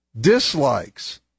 Dislikes